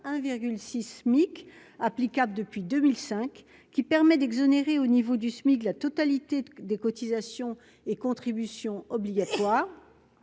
6 SMIC applicable depuis 2005 qui permet d'exonérer au niveau du SMIC, la totalité des cotisations et contributions obligatoires,